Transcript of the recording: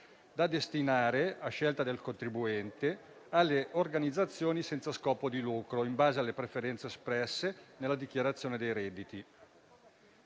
da destinare a scelta del contribuente, alle organizzazioni senza scopo di lucro, in base alle preferenze espresse nella dichiarazione dei redditi.